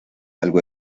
algo